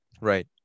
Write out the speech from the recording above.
Right